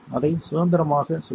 அதை சுதந்திரமாக சுழற்று